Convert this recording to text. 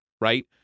Right